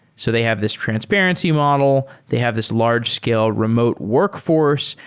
so they have this transparency model. they have this large-scale remote workforce.